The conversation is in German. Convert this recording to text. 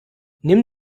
nimm